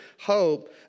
hope